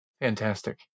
Fantastic